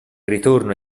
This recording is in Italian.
ritorno